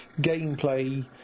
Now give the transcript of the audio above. gameplay